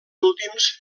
últims